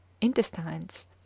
intestines